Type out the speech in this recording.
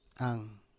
ang